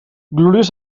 gloriós